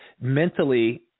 mentally